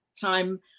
time